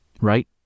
Right